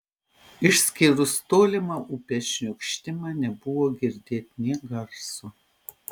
išskyrus tolimą upės šniokštimą nebuvo girdėt nė garso